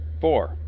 Four